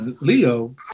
Leo